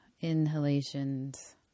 inhalations